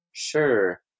Sure